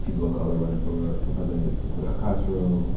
people of color running for for president julian castro.